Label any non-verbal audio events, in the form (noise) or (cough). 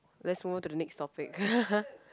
let's move to the next topic (laughs)